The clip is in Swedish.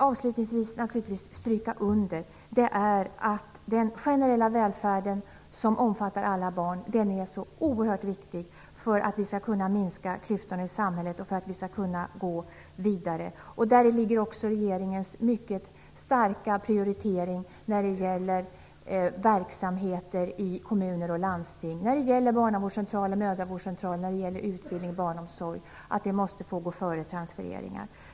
Avslutningsvis vill jag understryka att den generella välfärden som omfattar alla barn är oerhört viktig för att vi skall kunna minska klyftorna i samhället och gå vidare. Däri ligger också regeringens mycket starka prioritering av verksamheter i kommuner och landsting - barnavårdscentraler, mödravårdscentraler, utbildning och barnomsorg. Det måste få gå före transfereringar.